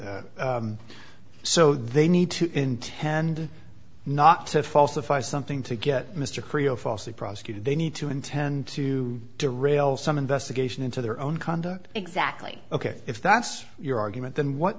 so they need to intend not to falsify something to get mr creel falsely prosecuted they need to intend to to real some investigation into their own conduct exactly ok if that's your argument then what